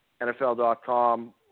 NFL.com